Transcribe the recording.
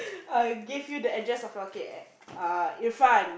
give you the address of your kay uh in front